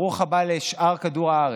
ברוך הבא לשאר כדור הארץ.